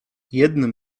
jednym